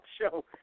show